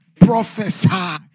Prophesy